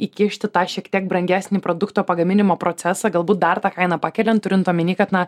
įkišti tą šiek tiek brangesnį produkto pagaminimo procesą galbūt dar tą kainą pakeliant turint omeny kad na